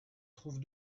trouve